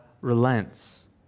relents